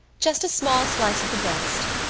just a small slice of the breast.